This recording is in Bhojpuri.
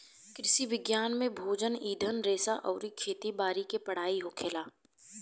कृषि विज्ञान में भोजन, ईंधन रेशा अउरी खेती बारी के पढ़ाई होखेला